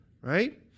right